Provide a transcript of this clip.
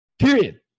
Period